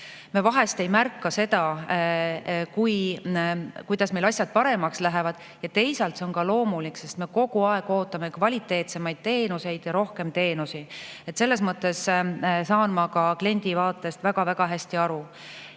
Me vahest ei märka seda, kuidas meil asjad paremaks lähevad. Teisalt on see ka loomulik, sest me kogu aeg ootame kvaliteetsemaid teenuseid ja rohkem teenuseid. Selles mõttes saan ma ka kliendi vaatest väga-väga